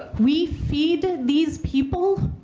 we feed ah these people.